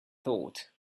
thought